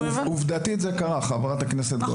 עובדתית, זה קרה, חברת הכנסת גוטליב.